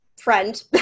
friend